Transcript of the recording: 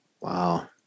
Wow